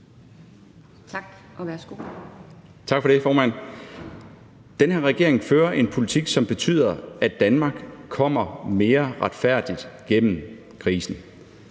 Bødskov (fg.): Tak for det, formand. Den her regering fører en politik, som betyder, at Danmark kommer mere retfærdigt gennem krisen.